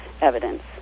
evidence